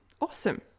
awesome